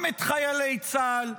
גם את חיילי צה"ל,